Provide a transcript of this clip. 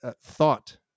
thought